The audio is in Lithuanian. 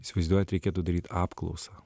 įsivaizduojat reikėtų daryt apklausą